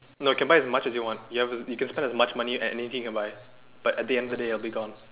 no can buy as much as you want ya you can spend as much money at anything you can buy but at the end of the day it'll be gone